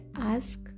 ask